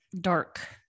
dark